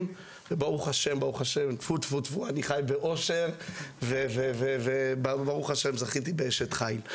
וברוך השם אני חי באושר וזכיתי באשת חיל.